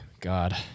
god